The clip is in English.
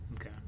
okay